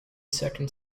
second